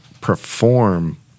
perform